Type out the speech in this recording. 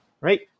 right